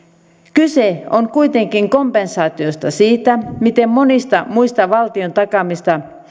kyse on kuitenkin kompensaatiosta siitä miten monista muista valtion takaamista